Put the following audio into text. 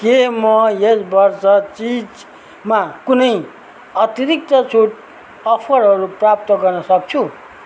के म यस वर्ष चिजमा कुनै अतिरिक्त छुट अफरहरू प्राप्त गर्न सक्छु